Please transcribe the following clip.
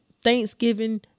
Thanksgiving